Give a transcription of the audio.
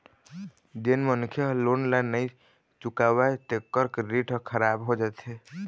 जेन मनखे ह लोन ल नइ चुकावय तेखर क्रेडिट ह खराब हो जाथे